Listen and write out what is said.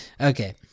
Okay